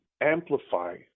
amplify